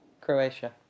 Croatia